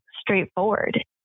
straightforward